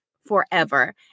forever